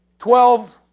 twelve,